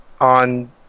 on